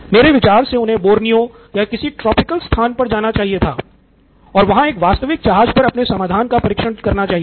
मेरे विचार में उन्हे बोर्नियो या किसी ट्रोपिकल स्थान पर जाना चाहिए था और वहाँ एक वास्तविक जहाज पर अपने समाधान का परीक्षण करना चाहिए था